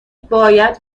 باید